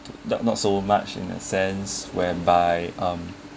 not not so much in a sense where by